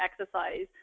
exercise